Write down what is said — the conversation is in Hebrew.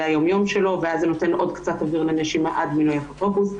היום-יום שלו ואז זה נותן עוד קצת אוויר לנשימה עד מינוי אפוטרופוס.